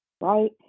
right